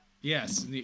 Yes